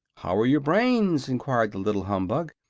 how are your brains? enquired the little humbug,